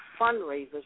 fundraisers